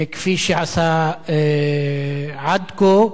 כפי שעשה עד כה,